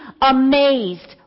amazed